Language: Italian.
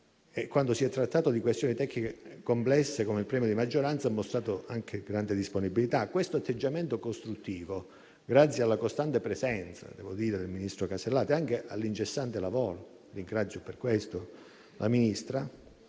quando si è trattato di questioni tecniche complesse, come il premio di maggioranza, ha mostrato anche grande disponibilità. Questo atteggiamento costruttivo, grazie alla costante presenza della ministra Alberti Casellati, al suo incessante lavoro - per questo la ringrazio